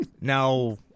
Now